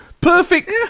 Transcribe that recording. perfect